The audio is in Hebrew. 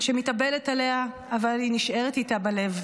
שמתאבלת עליה, אבל היא נשארת איתה בלב,